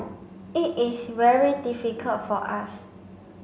it is very difficult for us